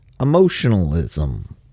emotionalism